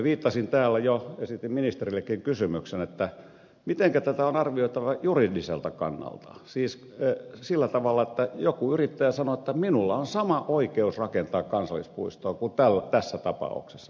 viittasin täällä jo esitin ministerillekin kysymyksen mitenkä tätä on arvioitava juridiselta kannalta siis sillä tavalla että joku yrittäjä sanoo että minulla on sama oikeus rakentaa kansallispuistoa kuin tässä tapauksessa